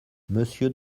monsieur